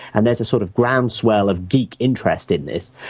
and there's a sort of groundswell of geek interestedness,